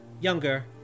younger